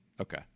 Okay